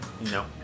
No